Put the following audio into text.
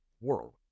world